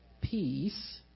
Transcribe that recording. peace